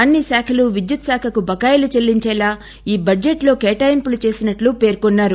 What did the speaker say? అన్ని శాఖలూ విద్యుత్ శాఖకు బకాయిలు చెల్లించేలా బడ్లెట్ లో కేటాయింపులు చేసినట్లు చెప్పారు